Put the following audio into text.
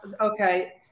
okay